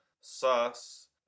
sauce